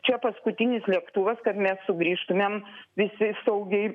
čia paskutinis lėktuvas kad mes sugrįžtumėm visi saugiai